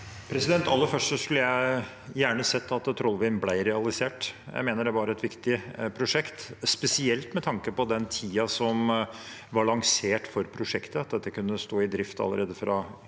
Aller først: Jeg skulle gjerne sett at Trollvind ble realisert. Jeg mener det var et viktig prosjekt. Spesielt med tanke på den tidsplanen som var lansert for prosjektet, at dette kunne komme i drift allerede fra 2027/2028,